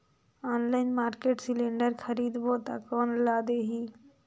Online market cylinder खरीदबो ता कोन ला देही?